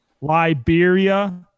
Liberia